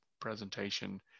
presentation